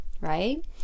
right